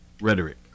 rhetoric